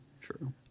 true